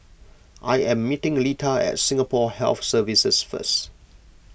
I am meeting Lita at Singapore Health Services first